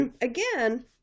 again